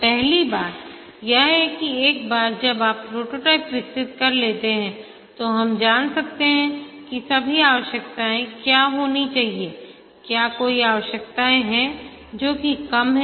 पहली बात यह है कि एक बार जब आप प्रोटोटाइप विकसित कर लेते हैं तो हम जान सकते हैं कि सभी आवश्यकताएँ क्या होनी चाहिएक्या कोई आवश्यकताएं हैं जो की कम है